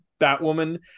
Batwoman